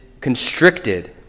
constricted